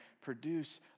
produce